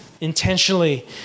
intentionally